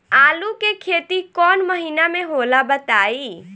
आलू के खेती कौन महीना में होला बताई?